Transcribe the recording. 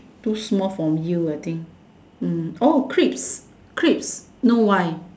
too small for you I think oh crisp crisp no Y